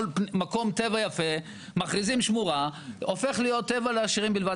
כל מקום טבע יפה מכריזים עליו שמורה והוא הופך להיות טבע לעשירים בלבד.